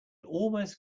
almost